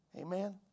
Amen